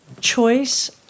choice